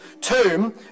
tomb